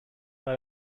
war